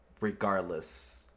regardless